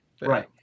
Right